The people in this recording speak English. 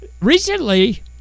recently